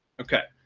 okay.